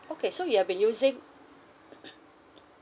okay so you have been using